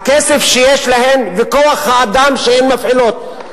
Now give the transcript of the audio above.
הכסף שיש להם וכוח-האדם שהם מפעילים.